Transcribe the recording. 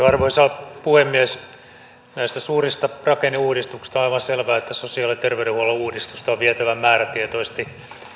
arvoisa puhemies näissä suurissa rakenneuudistuksissa on aivan selvää että sosiaali ja terveydenhuollon uudistusta on on vietävä määrätietoisesti